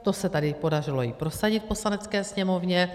To se tady podařilo i prosadit v Poslanecké sněmovně.